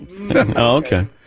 Okay